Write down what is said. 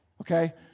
okay